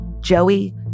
Joey